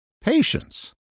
patience